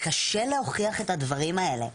קשה להוכיח את הדברים האלה.